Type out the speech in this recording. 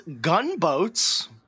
gunboats